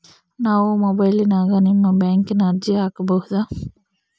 ನಾವು ಮೊಬೈಲಿನ್ಯಾಗ ನಿಮ್ಮ ಬ್ಯಾಂಕಿನ ಅರ್ಜಿ ಹಾಕೊಬಹುದಾ?